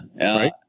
Right